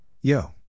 Yo